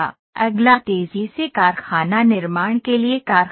अगला तेजी से कारखाना निर्माण के लिए कारखाना है